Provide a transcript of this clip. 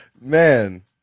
Man